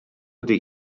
ydy